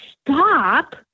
stop